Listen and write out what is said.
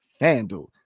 FanDuel